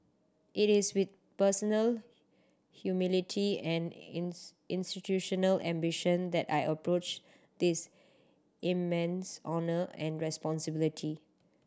it is with personal humility and institutional ambition that I approach this immense honour and responsibility